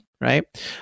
right